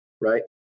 right